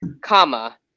comma